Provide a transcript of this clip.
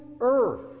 earth